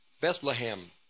Bethlehem